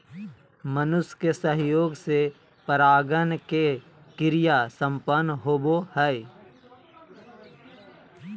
मनुष्य के सहयोग से परागण के क्रिया संपन्न होबो हइ